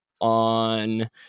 on